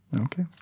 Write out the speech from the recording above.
okay